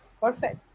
perfect